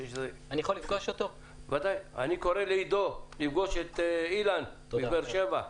אני קורא לעידו לפגוש את אילן זגדון.